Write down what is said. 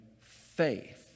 faith